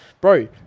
Bro